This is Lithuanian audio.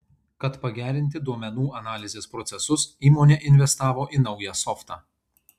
kad pagerinti duomenų analizės procesus įmonė investavo į naują softą